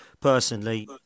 personally